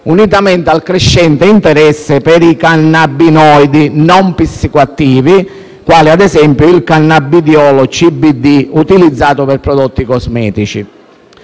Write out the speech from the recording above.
unitamente al crescente interesse per i cannabinoidi non psicoattivi quali, ad esempio, il cannabidiolo (CDB) utilizzato per prodotti cosmetici.